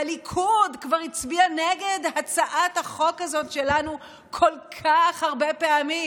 הליכוד כבר הצביע נגד הצעת החוק הזאת שלנו כל כך הרבה פעמים,